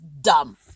dumb